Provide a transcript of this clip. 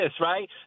right